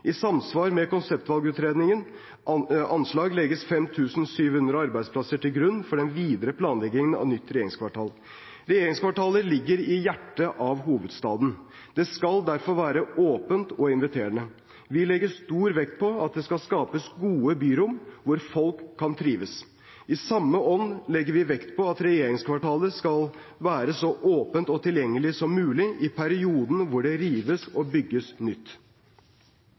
I samsvar med konseptvalgutredningens anslag legges 5 700 arbeidsplasser til grunn for den videre planleggingen av nytt regjeringskvartal. Regjeringskvartalet ligger i hjertet av hovedstaden. Det skal derfor være åpent og inviterende. Vi legger stor vekt på at det skal skapes gode byrom hvor folk kan trives. I samme ånd legger vi vekt på at regjeringskvartalet skal være så åpent og tilgjengelig som mulig i perioden hvor det rives og bygges nytt.